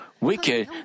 wicked